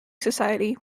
society